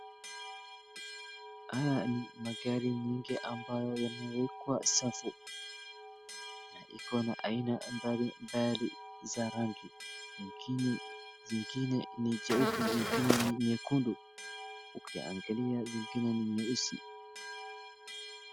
Haya ni magari nyingi ambayo yamewekwa safu na iko na aina mbalimbali za rangi. lakini zingine ni jeupe na ingine ni nyekundu. Ukiangalia zingine ni nyeusi.